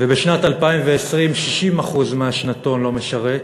ובשנת 2020, 60% מהשנתון לא משרת,